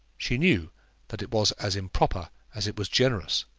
she knew that it was as improper as it was generous,